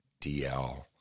DL